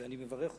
ואני מברך אותו.